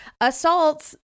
assaults